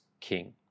king